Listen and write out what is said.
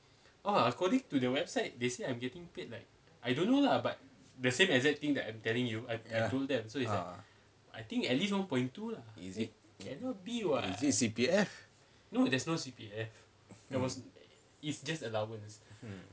is it is it C_P_F mm mm